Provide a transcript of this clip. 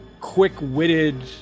quick-witted